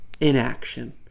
inaction